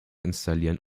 installieren